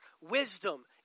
wisdom